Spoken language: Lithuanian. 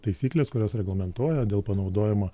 taisyklės kurios reglamentuoja dėl panaudojimo